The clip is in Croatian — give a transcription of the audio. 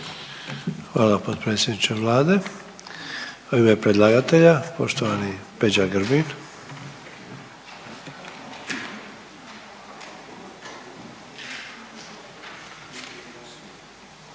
Hvala potpredsjedniče Vlade. U ime predlagatelja poštovani Peđa Grbin.